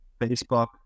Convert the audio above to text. Facebook